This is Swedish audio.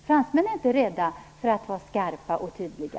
Fransmännen är inte rädda för att vara skarpa och tydliga.